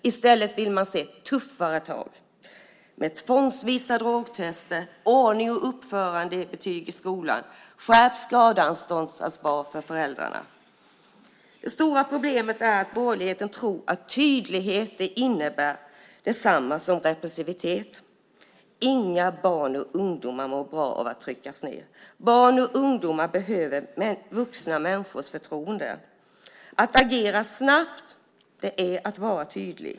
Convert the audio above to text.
I stället vill man se tuffare tag med tvångsvisa drogtester, ordnings och uppförandebetyg i skolan och skärpt skadeståndsansvar för föräldrarna. Det stora problemet är att borgerligheten tror att tydlighet är detsamma som repressivitet. Inga barn och ungdomar mår bra av att tryckas ned. Barn och ungdomar behöver vuxna människors förtroende. Att agera snabbt är att vara tydlig.